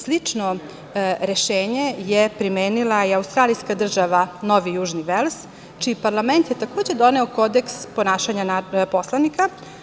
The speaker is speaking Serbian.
Slično rešenje je primenila i australijska država Novi Južni Vels, čiji parlament je takođe doneo Kodeks ponašanja narodnih poslanika.